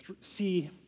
see